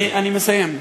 אני מסיים.